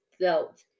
felt